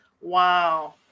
Wow